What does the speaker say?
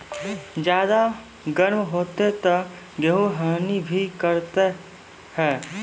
ज्यादा गर्म होते ता गेहूँ हनी भी करता है?